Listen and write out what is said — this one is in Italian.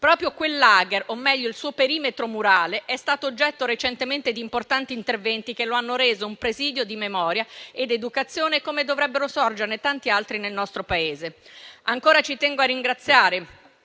Proprio quel *lager*, o meglio il suo perimetro murale, è stato oggetto recentemente di importanti interventi, che lo hanno reso un presidio di memoria e di educazione, come dovrebbero sorgerne tanti altri nel nostro Paese. Ancora ci tengo a ringraziare